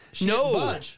no